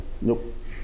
Nope